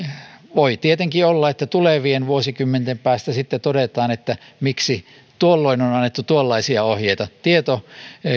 voi tietenkin olla että tulevien vuosikymmenten päästä sitten todetaan että miksi tuolloin on annettu tuollaisia ohjeita tieto